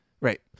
Right